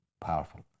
powerful